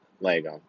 Lego